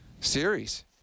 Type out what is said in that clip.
series